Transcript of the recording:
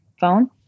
phone